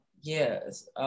yes